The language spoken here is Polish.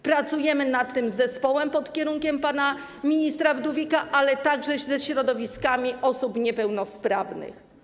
Pracujemy nad tym z zespołem pod kierunkiem pana ministra Wdówika, ale także ze środowiskami osób niepełnosprawnych.